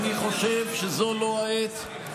אני חושב שזאת לא העת.